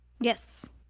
Yes